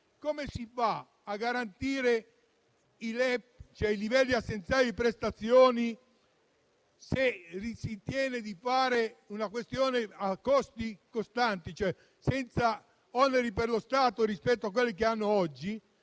come si fa a garantire i LEP, cioè i livelli essenziali di prestazione, se si ritiene di affrontare la questione a costi costanti, e cioè senza oneri per lo Stato rispetto a quelli che si hanno oggi?